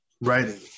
writing